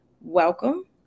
Welcome